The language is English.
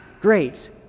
Great